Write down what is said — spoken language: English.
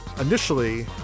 initially